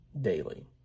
daily